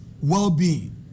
well-being